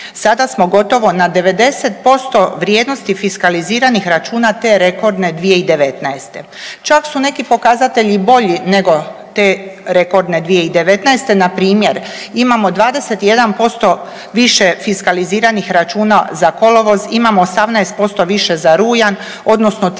sada smo gotovo na 90% vrijednosti fiskaliziranih računa te rekordne 2019. Čak su neki pokazatelji i bolji nego te rekordne 2019. npr. imamo 21% više fiskaliziranih računa za kolovoz, imamo 18% više za rujan odnosno 13% više